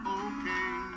okay